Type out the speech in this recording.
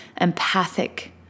empathic